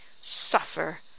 Suffer